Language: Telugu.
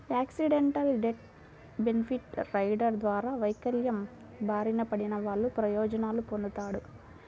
యాక్సిడెంటల్ డెత్ బెనిఫిట్ రైడర్ ద్వారా వైకల్యం బారిన పడినవాళ్ళు ప్రయోజనాలు పొందుతాడు